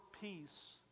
peace